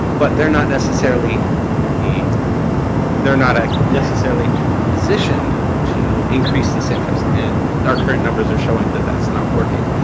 but they're not necessarily the they're not ah necessarily positioned to increase this interest. and our current numbers are showing that that's not working.